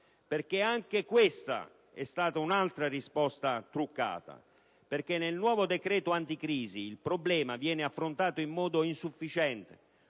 Anche questa è stata un'altra risposta truccata perché nel nuovo decreto anticrisi il problema viene affrontato in modo insufficiente